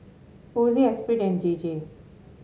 Ozi Esprit and J J